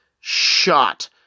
shot